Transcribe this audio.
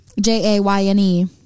J-A-Y-N-E